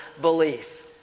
belief